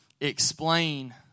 explain